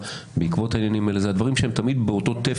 אתה מוציא נוסח